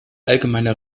allgemeiner